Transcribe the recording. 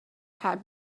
had